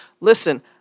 Listen